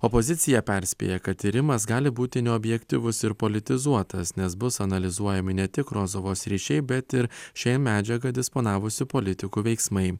opozicija perspėja kad tyrimas gali būti neobjektyvus ir politizuotas nes bus analizuojami ne tik rozovos ryšiai bet ir šiai medžiagą disponavusių politikų veiksmai